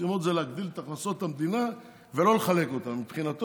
המשימות זה להגדיל את הכנסות המדינה ולא לחלק אותן.